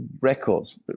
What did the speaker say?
records